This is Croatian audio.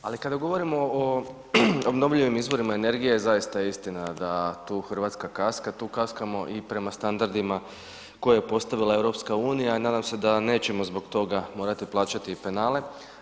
Ali, kada govorimo o obnovljivim izvorima energije, zaista je istina, da tu Hrvatska kaska, tu kaskamo i prema standardima koje je postavila EU i nadam se da nećemo zbog toga morati plaćati penale.